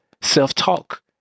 self-talk